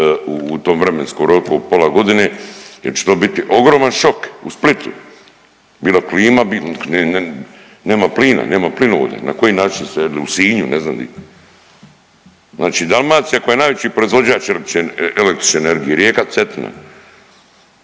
u tom vremenskom roku od pola godine jer će to biti ogroman šok u Splitu, bilo klima, nema plina, nema plinovoda, na koji način se, u Sinju, ne znam, znači Dalmacija koja je najveći proizvođač električne energije, rijeka Cetina,